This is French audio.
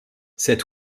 cet